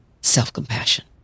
self-compassion